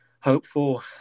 hopeful